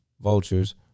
Vultures